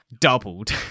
doubled